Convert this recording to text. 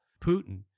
Putin